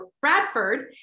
Bradford